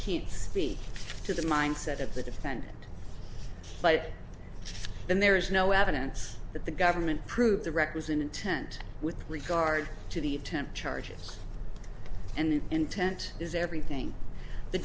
can't speak to the mindset of the defendant but then there is no evidence that the government prove the requisite intent with regard to the attempt charges and intent is everything the